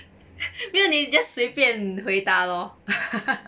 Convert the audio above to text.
没有你 just 随便回答 lor